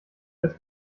als